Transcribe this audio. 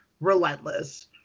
relentless